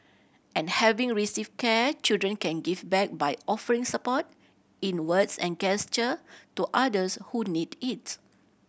and having received care children can give back by offering support in words and gesture to others who need its